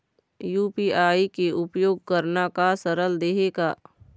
UPI के उपयोग करना का सरल देहें का?